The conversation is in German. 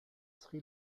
sri